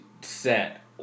set